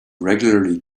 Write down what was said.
regularly